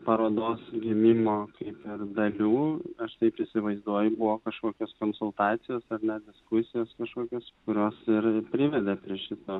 parodos gimimo kaip ir dalių aš taip įsivaizduoju buvo kažkokios konsultacijos ar net diskusijos kažkokios kurios ir privedė prie šito